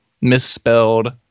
misspelled